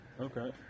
Okay